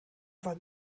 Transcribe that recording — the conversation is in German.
war